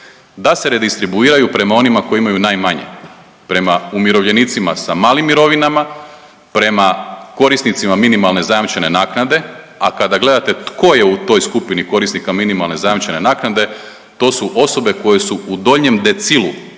da se redistribuiraju prema onima koji imaju najmanje. Prema umirovljenicima sa malim mirovinama, prema korisnicima minimalne zajamčene naknade, a kada gledate tko je u toj skupini korisnika minimalne zajamčene naknade to su osobe koje su u donjem decilu,